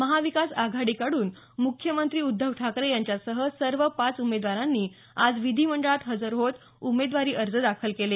महाविकास आघाडीकडून मुख्यमंत्री उद्धव ठाकरे यांच्यासह सर्व पाच उमेदवारांनी आज विधीमंडळात हजर होत उमेदवारी अर्ज दाखल केले